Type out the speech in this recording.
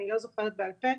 אני לא זוכרת בעל פה.